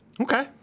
Okay